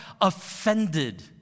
offended